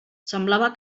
semblava